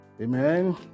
amen